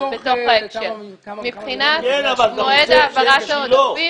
מבחינת העודפים,